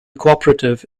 cooperative